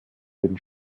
den